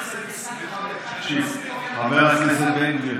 סדר הדין הפלילי, חבר הכנסת בן גביר,